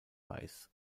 weiß